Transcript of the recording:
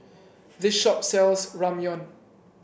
this shop sells Ramyeon